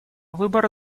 выбор